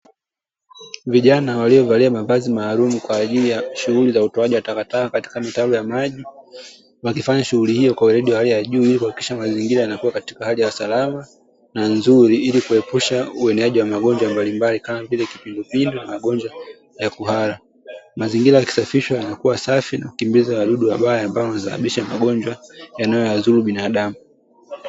vijana waliovalia mavazi maalumu kwaajili ya shunghuli ya utoa takataka katika mitaro ya maji wakifanya shunghuli hiyo kwa weledi wa juu ili kuhakikisha mazingira yanakua katika hali ya salama na nzuri ili kuepusha ueneaji wa magonjwa mbalimbali kama vile kipindupindu magonjwa ya kuhara ,mazingira yakisafishwa yanakua safi na kukimbiza wadudu wabaya ambao wanasababisha magonjwa yanayowadhuru binadamu.